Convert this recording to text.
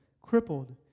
crippled